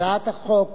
הצעת החוק